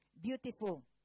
beautiful